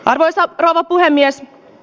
arvoisa puhemies